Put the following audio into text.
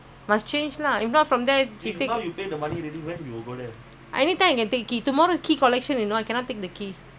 I cannot because short by a little you say you'll ask I don't know